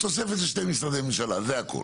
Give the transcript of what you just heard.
תוספת של שני משרדי ממשלה, זה הכול.